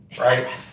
right